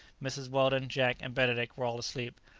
mrs. weldon, jack, and benedict were all asleep.